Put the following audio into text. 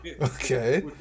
okay